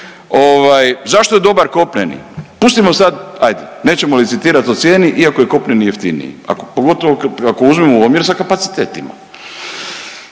zašto je dobar kopneni, pustimo sad ajdemo licitirat o cijeni iako je kopneni jeftiniji ako pogotovo kad ga uzmemo u omjer sa kapacitetima.